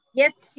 Yes